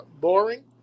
boring